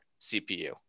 CPU